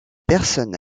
personne